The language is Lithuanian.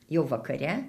jau vakare